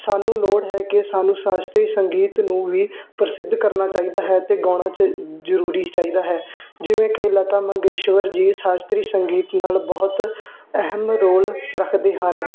ਸਾਨੂੰ ਲੋੜ ਹੈ ਕਿ ਸਾਨੂੰ ਸ਼ਾਸਤਰੀ ਸੰਗੀਤ ਨੂੰ ਵੀ ਪ੍ਰਸਿੱਧ ਕਰਨਾ ਚਾਹੀਦਾ ਹੈ ਤੇ ਗਾਉਣਾ ਜਰੂਰੀ ਚਾਹੀਦਾ ਹੈ ਜਿਵੇਂ ਕਿ ਲਤਾ ਮੰਗੇਸ਼ਵਰ ਜੀ ਸ਼ਾਸਤਰੀ ਸੰਗੀਤ ਨਾਲ ਬਹੁਤ ਅਹਿਮ ਰੋਲ ਰੱਖਦੇ ਹਨ